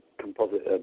composite